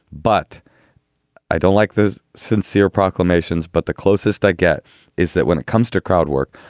but i don't like the sincere proclamations. but the closest i get is that when it comes to crowd work,